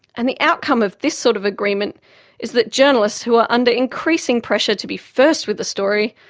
and the outcome of this sort of agreement is that journalists, who are under increasing pressure to be first with the story,